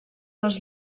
les